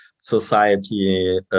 society